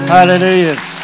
Hallelujah